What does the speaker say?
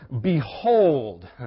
Behold